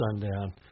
sundown